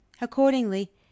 Accordingly